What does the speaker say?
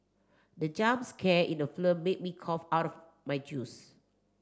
the jump scare in the film made me cough out my juice